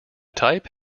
type